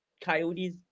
coyotes